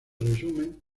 resumen